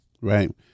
right